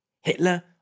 Hitler